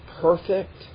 perfect